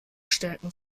stärken